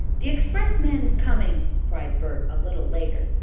the expressman is coming! cried bert a little later,